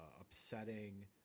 upsetting